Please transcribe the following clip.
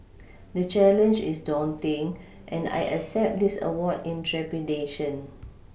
the challenge is daunting and I accept this award in trepidation